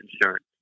insurance